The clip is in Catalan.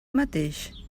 mateix